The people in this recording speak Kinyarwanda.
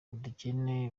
ubukene